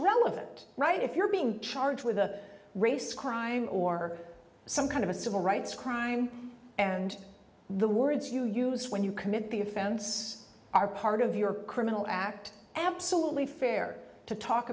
relevant right if you're being charged with a race crime or some kind of a civil rights crime and the words you use when you commit the offense are part of your criminal act absolutely fair to talk